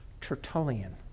Tertullian